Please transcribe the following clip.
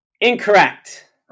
Incorrect